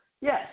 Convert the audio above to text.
Yes